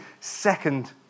second